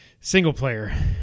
single-player